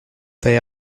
they